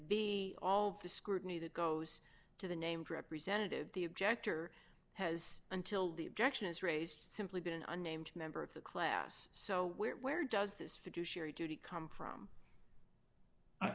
b all of the scrutiny that goes to the named representative the objector has until the objections raised simply been unnamed member of the class so where where does this fiduciary duty come from